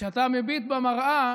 וכשאתה מביט במראה